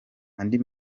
andi